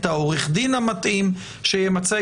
את עוה"ד המתאים שימצה